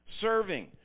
Serving